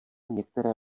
některé